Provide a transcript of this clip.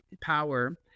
power